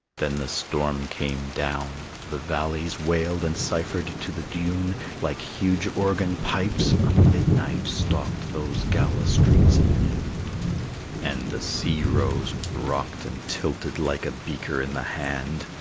then the storm came down. the valleys wailed and ciphered to the dune like huge organ pipes a midnight stalked those gala streets at noon and the sea rose, rocked and tilted like a beaker in the hand,